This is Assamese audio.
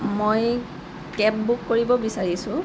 মই কেব বুক কৰিব বিচাৰিছোঁ